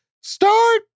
start